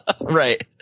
Right